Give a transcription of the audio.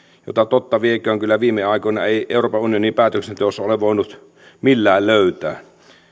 jota totta vieköön kyllä viime aikoina ei euroopan unionin päätöksenteossa ole voinut millään löytää